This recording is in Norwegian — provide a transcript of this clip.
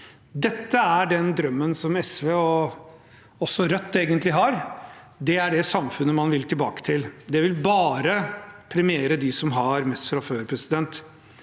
Dette er den drømmen som SV, og også Rødt, egentlig har. Det er det samfunnet man vil tilbake til. Det vil bare premiere dem som har mest fra før.